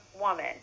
woman